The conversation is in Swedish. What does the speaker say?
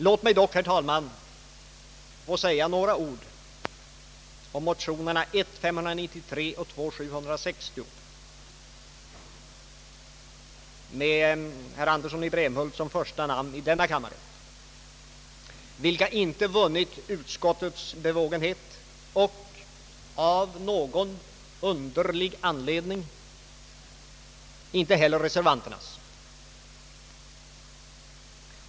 Låt mig dock, herr talman, få säga några ord om motionerna I: 593 och II: 760 — med herrar Andersson i Brämhult och Nilsson i Tvärålund som första namn — som inte vunnit utskottets bevågenhet och av någon underlig orsak inte heller reservanternas.